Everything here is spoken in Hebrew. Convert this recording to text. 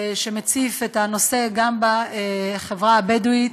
שמציף את הנושא גם בחברה הבדואית.